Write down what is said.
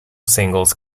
singles